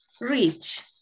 Reach